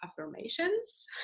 affirmations